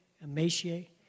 Emaciate